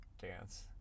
dance